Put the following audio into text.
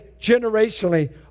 generationally